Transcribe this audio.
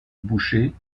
boucher